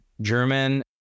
German